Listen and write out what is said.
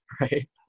Right